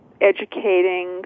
educating